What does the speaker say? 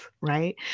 right